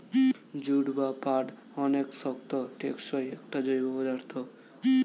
jute বা পাট অনেক শক্ত, টেকসই একটা জৈব পদার্থ